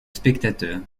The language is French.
spectateur